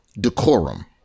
decorum